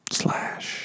slash